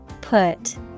Put